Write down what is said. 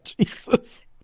Jesus